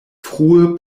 frue